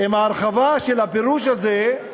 אם ההרחבה של הפירוש הזה,